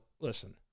listen